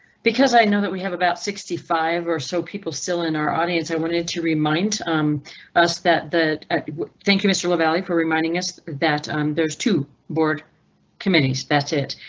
because i know that we have about sixty five or so people still in our audience. i wanted to remind um us that that thank you mr lavalley, for reminding us that um there's two board committees. that's it.